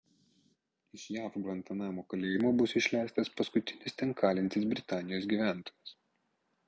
iš jav gvantanamo kalėjimo bus išleistas paskutinis ten kalintis britanijos gyventojas